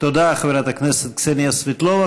תודה לחברת הכנסת קסניה סבטלובה.